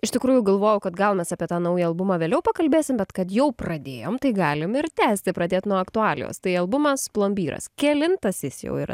iš tikrųjų galvojau kad gal mes apie tą naują albumą vėliau pakalbėsim bet kad jau pradėjom tai galim ir tęsti pradėt nuo aktualijos tai albumas plombyras kelintas jis jau yra